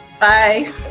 Bye